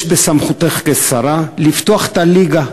יש בסמכותך כשרה לפתוח את הליגה,